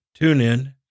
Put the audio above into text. TuneIn